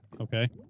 Okay